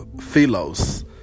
philos